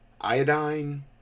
iodine